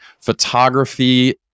photography